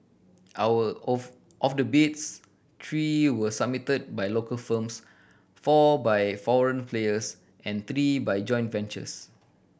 our of of the bids three were submitted by local firms four by foreign players and three by joint ventures